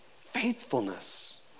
faithfulness